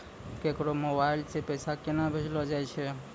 केकरो मोबाइल सऽ पैसा केनक भेजलो जाय छै?